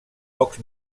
pocs